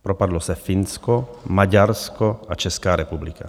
Propadlo se Finsko, Maďarsko a Česká republika.